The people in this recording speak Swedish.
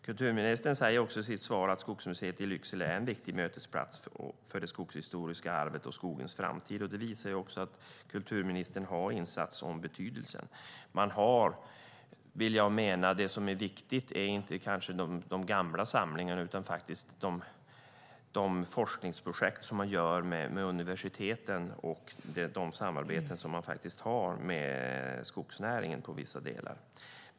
Kulturministern säger i sitt svar att Skogsmuseet i Lycksele är en viktig mötesplats för det skogshistoriska arvet och skogens framtid. Det visar att kulturministern har insatt sig i betydelsen. Det som är viktigt kanske inte är de gamla samlingarna utan forskningsprojekten med universiteten och samarbetet med skogsnäringen i vissa delar.